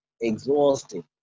exhausting